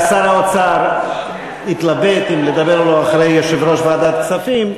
שר האוצר התלבט אם לדבר או לא אחרי יושב-ראש ועדת כספים,